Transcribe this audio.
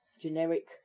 generic